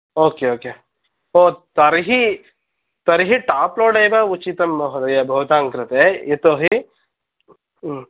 okay okay हो तर्हि तर्हि टाप् लोड् एव उचितं महोदय भवतां कृते यतोहि